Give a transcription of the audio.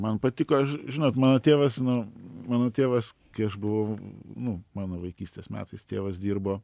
man patiko žinot mano tėvas nu mano tėvas kai aš buvau nu mano vaikystės metais tėvas dirbo